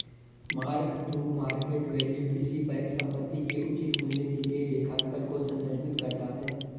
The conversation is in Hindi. मार्क टू मार्केट वैल्यू किसी परिसंपत्ति के उचित मूल्य के लिए लेखांकन को संदर्भित करता है